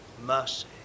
Mercy